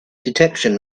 detection